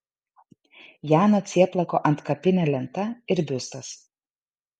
jano cieplako antkapinė lenta ir biustas